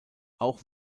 auch